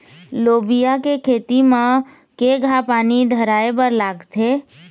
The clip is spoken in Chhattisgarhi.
लोबिया के खेती म केघा पानी धराएबर लागथे?